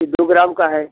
ये दो ग्राम का है